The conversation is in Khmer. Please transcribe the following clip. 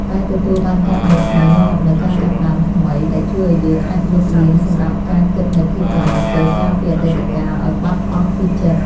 ការទទួលបានការងារថ្មីនាំមកនូវការចាប់ផ្ដើមថ្មីដែលជួយឱ្យយើងអាចលុបលាងសម្រាប់ការគិតនូវភាពបរាជ័យកាលពីអតីតកាលឱ្យបាត់អស់ពីចិត្ត។